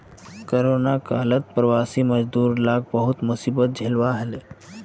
corona कालत प्रवासी मजदूर लाक बहुत मुसीबत झेलवा हले